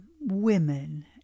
women